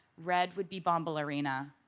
red would be bombalurina.